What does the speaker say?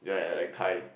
yeah yeah like Thai